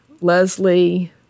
Leslie